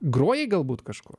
groji galbūt kažkur